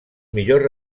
millors